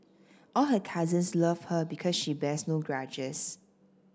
all her cousins love her because she bears no grudges